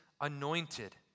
anointed